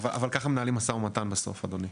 אבל ככה מנהלים מו"מ בסוף, אדוני.